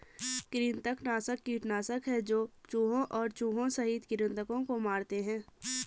कृंतकनाशक कीटनाशक है जो चूहों और चूहों सहित कृन्तकों को मारते है